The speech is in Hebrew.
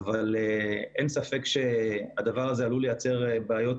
אבל אין ספק שהדבר הזה עלול לייצר בעיות